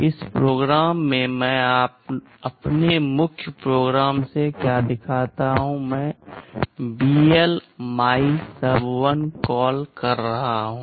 इस प्रोग्राम में मैं अपने मुख्य प्रोग्राम से क्या दिखाता हूं मैं BL MYSUB1 कॉल कर रहा हूं